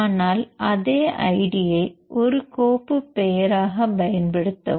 அதனால் அதே ஐடியை ஒரு கோப்பு பெயராகப் பயன்படுத்தவும்